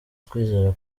twizera